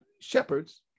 shepherds